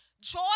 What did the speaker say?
Joy